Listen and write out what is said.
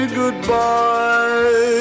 goodbye